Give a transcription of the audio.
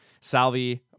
Salvi